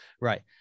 right